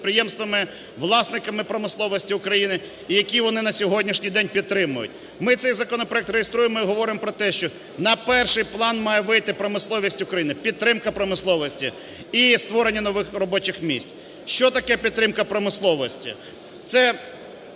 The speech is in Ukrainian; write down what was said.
власниками промисловості України і який вони на сьогоднішній день підтримують. Ми цей законопроект реєструємо і говоримо про те, що на перший план має вийти промисловість України, підтримка промисловості і створення нових робочих місць. Що таке підтримка промисловості? Це…